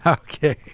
ah ok